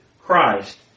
Christ